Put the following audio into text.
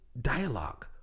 Dialogue